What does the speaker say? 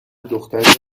دختری